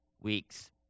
weeks